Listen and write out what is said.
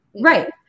Right